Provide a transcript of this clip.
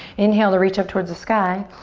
inhale to reach up towards the sky.